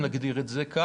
אם נגדיר את זה כך,